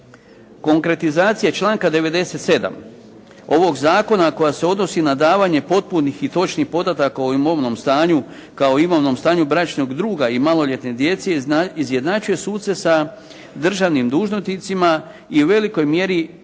Konkretizacija članka 97. ovog zakona koja se odnosi na davanje potpunih i točnih podataka o imovnom stanju kao imovnom stanju bračnog druga i maloljetne djece izjednačuje suce sa državnim dužnosnicima i u velikoj mjeri